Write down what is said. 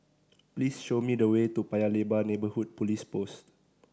please show me the way to Paya Lebar Neighbourhood Police Post